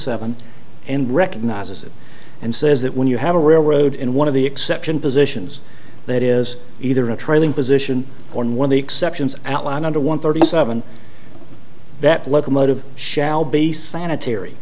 seven and recognizes it and says that when you have a railroad in one of the exception positions that is either a trailing position or one the exceptions outlined under one thirty seven that locomotive shall be sanitary